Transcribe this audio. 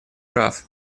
прав